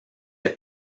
est